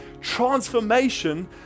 transformation